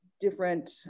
different